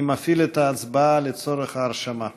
אני מפעיל את ההצבעה לצורך ההרשמה.